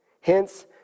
Hence